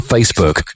Facebook